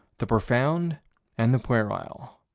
the profound and the puerile.